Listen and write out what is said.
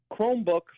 Chromebook